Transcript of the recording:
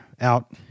out